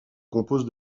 compose